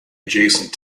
adjacent